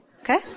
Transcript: Okay